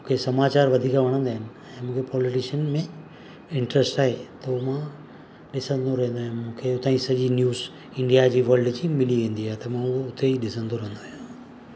मूंखे समाचारु वधीक वणंदा आहिनि ऐं मूंखे पॉलिटिशियन में इंट्रस्ट आहे त मां ॾिसंदो रहंदो आहियां मूंखे हुतांजी सॼी न्यूज़ इंडिया जी वल्ड जी मिली वेंदी आहे त मां उहो उते ई ॾिसंदो रहंदो आहियां